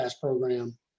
program